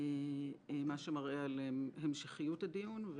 מה שמראה על המשכיות הדיון.